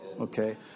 okay